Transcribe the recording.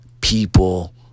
people